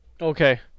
Okay